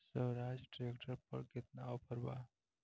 सोहराज tractor पर केतना offer बा?